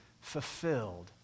fulfilled